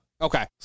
Okay